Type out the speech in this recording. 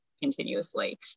continuously